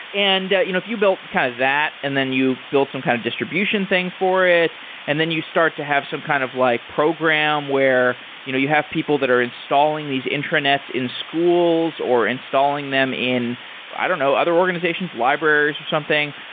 and you know if you build kind of that and then you build some kind of distribution thing for it and then you start to have some kind of like program where you know you have people that are installing these internets in schools or installing them in i don't know, other organizations, libraries, or something.